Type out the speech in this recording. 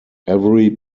every